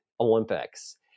Olympics